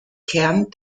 kern